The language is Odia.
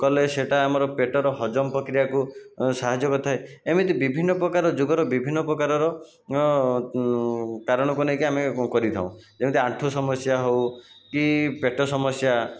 କଲେ ସେଟା ଆମର ପେଟର ହଜମ ପ୍ରକ୍ରିୟାକୁ ସାହାଯ୍ୟ କରିଥାଏ ଏମିତି ବିଭିନ୍ନ ପ୍ରକାର ଯୋଗର ବିଭିନ୍ନ ପ୍ରକାରର କାରଣକୁ ନେଇକି ଆମେ କରିଥାଉ ଯେମତି ଆଣ୍ଠୁ ସମସ୍ୟା ହେଉ କି ପେଟ ସମସ୍ୟା